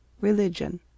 religion